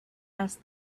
asked